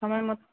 সময় মতো